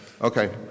Okay